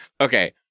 okay